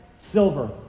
silver